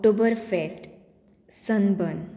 October fest sunburn